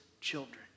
children